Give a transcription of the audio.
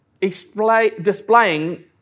displaying